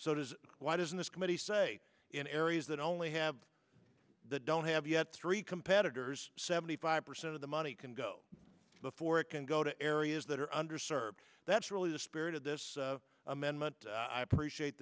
so does why doesn't this committee say in areas that only have that don't have yet three competitors seventy five percent of the money can go before it can go to areas that are under served that's really the spirit of this amendment i appreciate